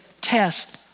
test